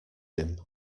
him